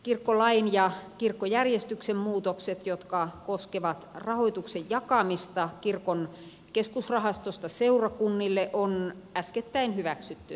kirkkolain ja kirkkojärjestyksen muutokset jotka koskevat rahoituksen jakamista kirkon keskusrahastosta seurakunnille on äskettäin hy väksytty kirkolliskokouksessa